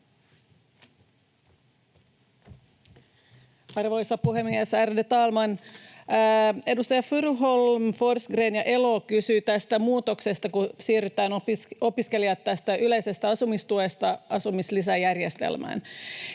Arvoisa puhemies, ärade talman! Edustajat Furuholm, Forsgrén ja Elo kysyivät tästä muutoksesta, kun siirretään opiskelijat tästä yleisestä asumistuesta asumislisäjärjestelmään.